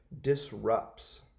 disrupts